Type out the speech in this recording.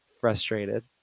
frustrated